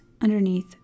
underneath